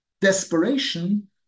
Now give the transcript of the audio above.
Desperation